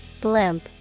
Blimp